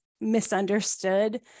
misunderstood